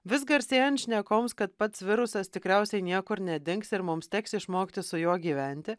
vis garsėjant šnekoms kad pats virusas tikriausiai niekur nedings ir mums teks išmokti su juo gyventi